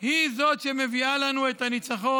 היא שמביאה לנו את הניצחון,